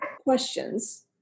questions